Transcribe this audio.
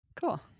Cool